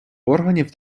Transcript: органів